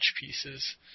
pieces